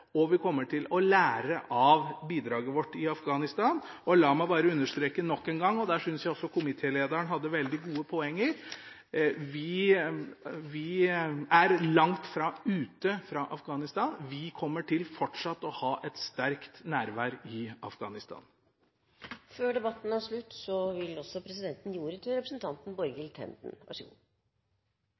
og vi kommer til å lære av bidraget vårt i Afghanistan. Og la meg bare understreke nok en gang – og der synes jeg også komitélederen hadde veldig gode poenger – at vi er langt fra ute av Afghanistan. Vi kommer fortsatt til å ha et sterkt nærvær i Afghanistan. Før debatten er slutt, vil presidenten også gi ordet til representanten Borghild Tenden. Vær så god.